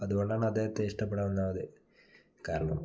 അതുകൊണ്ടാണ് അദ്ദേഹത്തെ ഇഷ്ടപ്പെടാൻ ഒന്നാമത് കാരണം